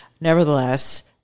Nevertheless